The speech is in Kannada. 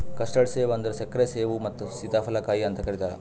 ಕಸ್ಟರ್ಡ್ ಸೇಬ ಅಂದುರ್ ಸಕ್ಕರೆ ಸೇಬು ಮತ್ತ ಸೀತಾಫಲ ಕಾಯಿ ಅಂತ್ ಕರಿತಾರ್